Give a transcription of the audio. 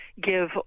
give